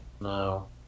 No